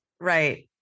right